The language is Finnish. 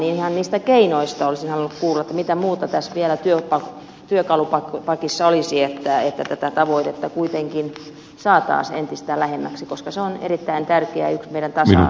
ihan niistä keinoista olisin halunnut kuulla mitä muuta tässä työkalupakissa vielä olisi että tätä tavoitetta kuitenkin saataisiin entistä lähemmäksi koska se on meidän tasa arvossamme yksi erittäin selvä epäkohta